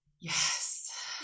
Yes